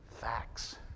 Facts